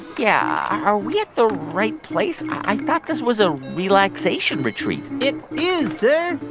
yeah are we at the right place? i thought this was a relaxation retreat it is, sir,